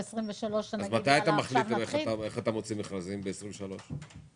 מתי אתה מחליט איך אתה מוציא מכרזים ב-2023?